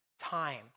time